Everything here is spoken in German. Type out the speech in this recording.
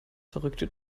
verrückte